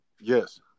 Yes